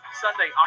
Sunday